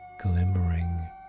glimmering